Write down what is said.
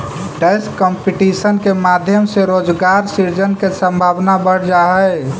tax competition के माध्यम से रोजगार सृजन के संभावना बढ़ जा हई